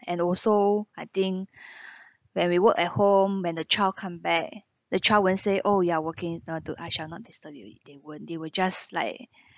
and also I think when we work at home when the child come back the child won't say oh you are working uh to I shall not disturb you they would they would just like